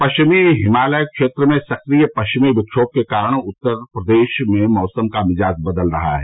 पश्चिमी हिमालय क्षेत्र में सक्रिय पश्चिमी विक्षोम के कारण पूर्वी उत्तर प्रदेश में मौसम का मिजाज बदल रहा है